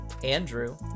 Andrew